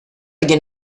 again